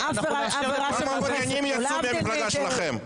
כמה עבריינים יצאו מהמפלגה שלכם.